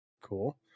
Cool